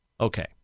Okay